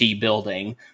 building